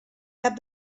cap